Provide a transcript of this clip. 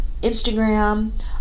Instagram